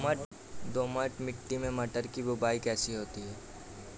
दोमट मिट्टी में मटर की बुवाई कैसे होती है?